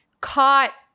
caught